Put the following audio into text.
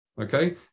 Okay